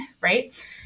right